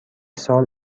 سال